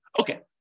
Okay